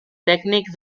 tècnic